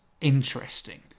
interesting